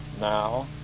Now